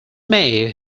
may